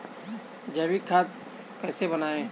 जैविक खाद कैसे बनाएँ?